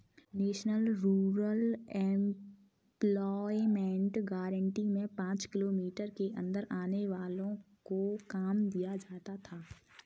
national rural employment guarantee में पांच kilometre के अंदर आने वालो को काम दिया जाता था